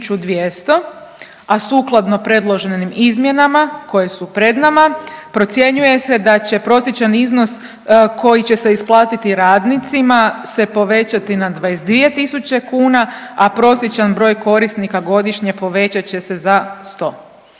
a sukladno predloženim izmjenama koje su pred nama procjenjuje se da će prosječan iznos koji će isplatiti radnicima se povećati na 22 tisuće kuna, a prosječan broj korisnika godišnje povećat će se za 100.